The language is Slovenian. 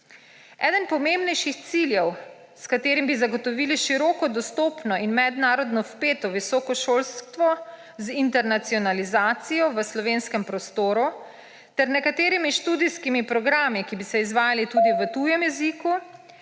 Eden pomembnejših ciljev, s katerimi bi zagotovili široko dostopno in mednarodno vpeto visoko šolstvo z internacionalizacijo v slovenskem prostoru ter nekaterimi študijskimi programi, ki bi se izvajali tudi v tujem jeziku,